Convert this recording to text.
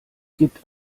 gibt